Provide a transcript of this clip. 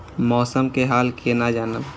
मौसम के हाल केना जानब?